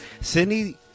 Cindy